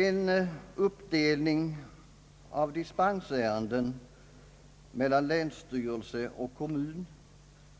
En uppdelning av dispensärenden mellan länsstyrelse och kommun